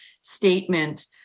statement